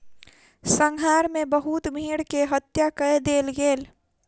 संहार मे बहुत भेड़ के हत्या कय देल गेल